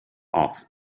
off